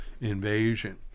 invasion